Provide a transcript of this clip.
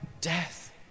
Death